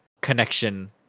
connection